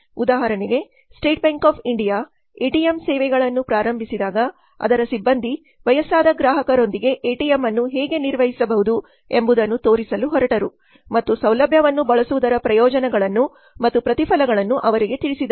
ಉದಾಹರಣೆಗೆ State Bank of India ATM ಸೇವೆಗಳನ್ನು ಪ್ರಾರಂಭಿಸಿದಾಗ ಅದರ ಸಿಬ್ಬಂದಿ ವಯಸ್ಸಾದ ಗ್ರಾಹಕರೊಂದಿಗೆ ಎಟಿಎಂ ಅನ್ನು ಹೇಗೆ ನಿರ್ವಹಿಸಬಹುದು ಎಂಬುದನ್ನು ತೋರಿಸಲು ಹೊರಟರು ಮತ್ತು ಸೌಲಭ್ಯವನ್ನು ಬಳಸುವುದರ ಪ್ರಯೋಜನಗಳನ್ನು ಮತ್ತು ಪ್ರತಿಫಲಗಳನ್ನು ಅವರಿಗೆ ತಿಳಿಸಿದರು